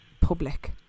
public